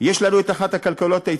יש לנו מוחות טובים בארץ.